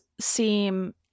seem